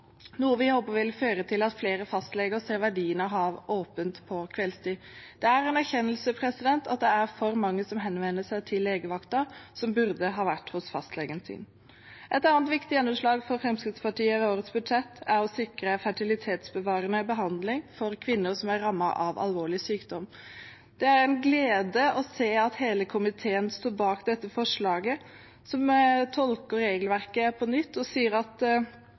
noe vi håper vil føre til at flere fastleger ser verdien av å ha åpent på kveldstid. Det er en erkjennelse at det er for mange som henvender seg til legevakten, som burde vært hos fastlegen sin. Et annet viktig gjennomslag for Fremskrittspartiet i årets budsjett er å sikre fertilitetsbevarende behandling for kvinner som er rammet av alvorlig sykdom. Det er en glede å se at hele komiteen står bak dette forslaget, som tolker regelverket på nytt og sier at